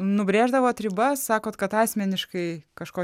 nubrėždavot ribas sakot kad asmeniškai kažko